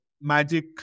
magic